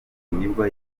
nibwo